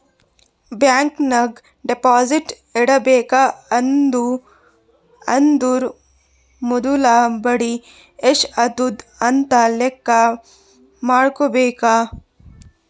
bank ನಾಗ್ deposit ಇಡಬೇಕ ಅಂದುರ್ ಮೊದುಲ ಬಡಿ ಎಸ್ಟ್ ಆತುದ್ ಅಂತ್ ಲೆಕ್ಕಾ ಮಾಡ್ಕೋಬೇಕ